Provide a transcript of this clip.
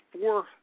four